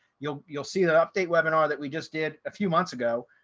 you'll you'll see that update webinar that we just did a few months ago.